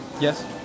yes